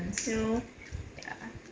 ya lor